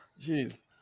Jeez